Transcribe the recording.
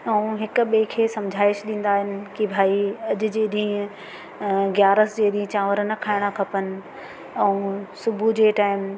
ऐं हिक ॿिए खे सम्झाए छॾींदा आहिनि की भई अॼु जे ॾींहुं ग्यारस जे ॾींहुं चांवर न खाएणा खपनि ऐं सुबुह जे टाइम